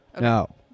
No